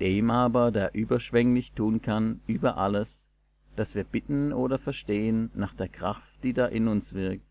dem aber der überschwenglich tun kann über alles das wir bitten oder verstehen nach der kraft die da in uns wirkt